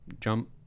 jump